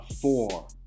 four